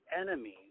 enemies